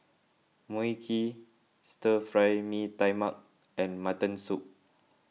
Mui Kee Stir Fry Mee Tai Mak and Mutton Soup